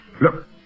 Look